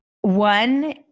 One